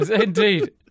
Indeed